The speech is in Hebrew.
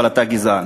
אבל אתה גזען.